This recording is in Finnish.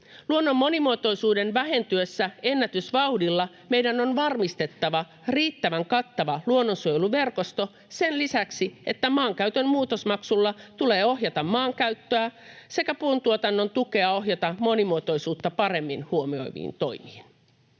Luonnon monimuotoisuuden vähentyessä ennätysvauhdilla meidän on varmistettava riittävän kattava luonnonsuojeluverkosto sen lisäksi, että maankäytön muutosmaksulla tulee ohjata maankäyttöä sekä puuntuotannon tukea ohjata monimuotoisuutta paremmin huomioiviin toimiin.